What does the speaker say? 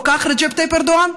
לא כך רג'פ טאיפ ארודאן.